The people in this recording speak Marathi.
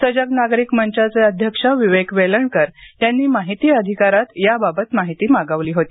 सजग नागरिक मंचाचे अध्यक्ष विवेक वेलणकर यांनी माहिती अधिकारात याबाबत माहिती मागवली होती